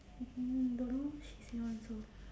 mm don't know what she say [one] so